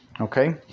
Okay